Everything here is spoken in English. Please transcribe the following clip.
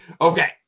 Okay